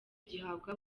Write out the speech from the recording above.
gihabwa